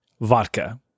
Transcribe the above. Vodka